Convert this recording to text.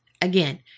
Again